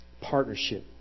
partnership